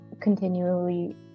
continually